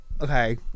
okay